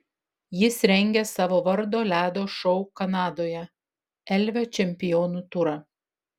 jis rengia savo vardo ledo šou kanadoje elvio čempionų turą